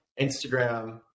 Instagram